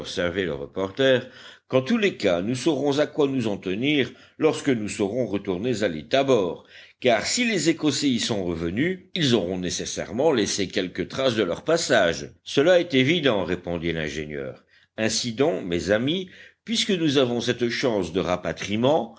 observer le reporter qu'en tous les cas nous saurons à quoi nous en tenir lorsque nous serons retournés à l'île tabor car si les écossais y sont revenus ils auront nécessairement laissé quelques traces de leur passage cela est évident répondit l'ingénieur ainsi donc mes amis puisque nous avons cette chance de rapatriement